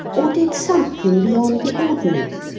or did something beyond the ordinary.